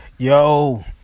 Yo